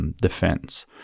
defense